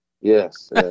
Yes